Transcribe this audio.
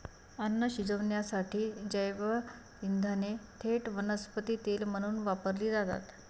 अन्न शिजवण्यासाठी जैवइंधने थेट वनस्पती तेल म्हणून वापरली जातात